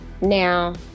Now